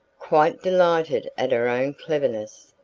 quite delighted at her own cleverness,